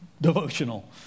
devotional